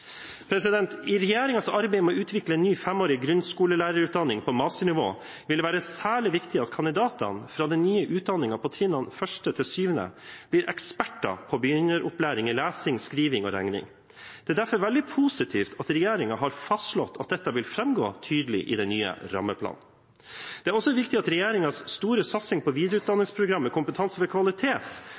I regjeringens arbeid med å utvikle ny femårig grunnskolelærerutdanning på masternivå vil det være særlig viktig at kandidatene fra den nye utdanningen på trinnene 1.–7. blir eksperter på begynneropplæring i lesing, skriving og regning. Det er derfor veldig positivt at regjeringen har fastslått at dette vil framgå tydelig i den nye rammeplanen. Det er også viktig at regjeringens store satsing på viderutdanningsprogrammet Kompetanse for kvalitet